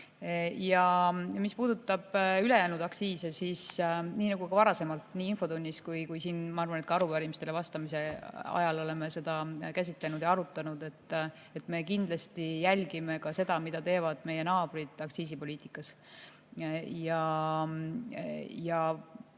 Mis puudutab ülejäänud aktsiise, siis nii nagu me ka varasemalt, nii infotunnis kui ka arupärimistele vastamise ajal oleme seda käsitlenud ja arutanud, me kindlasti jälgime ka seda, mida teevad meie naabrid aktsiisipoliitikas. Just